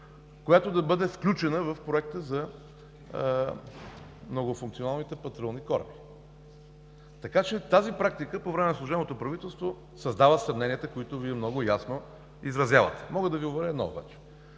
която да бъде включена в Проекта за многофункционалните патрулни кораби. Така че тази практика по времето на служебното правителство създава съмненията, които Вие много ясно изразявате. Мога да Ви уверя едно –